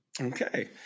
Okay